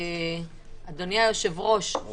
גם